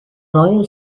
royal